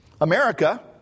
America